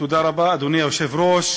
אדוני היושב-ראש,